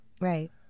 Right